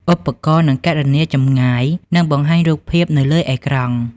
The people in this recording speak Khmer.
ឧបករណ៍នឹងគណនាចម្ងាយ និងបង្ហាញរូបភាពនៅលើអេក្រង់។